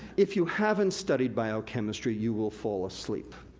if you haven't studied biochemistry, you will fall asleep.